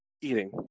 eating